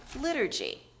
liturgy